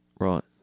Right